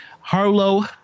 Harlow